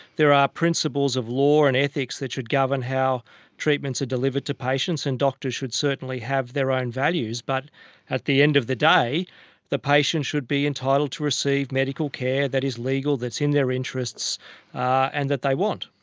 there are principles of law and ethics that should govern how treatments are delivered to patients, and doctors should certainly have their own values, but at the end of the day the patient should be entitled to receive medical care that is legal that is in their interests and that they want.